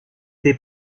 des